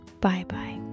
Bye-bye